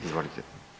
Izvolite.